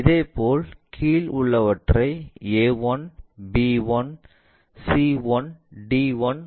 இதேபோல் கீழே உள்ளவற்றை A 1 B 1 C 1 D 1 மற்றும் E 1 என அழைப்போம்